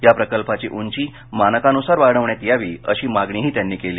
या प्रकल्पाची उंची मानकानुसार वाढवण्यात यावी अशी मागणीही त्यांनी केली